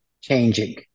changing